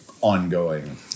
ongoing